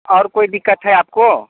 और कोई दिक्कत है आपको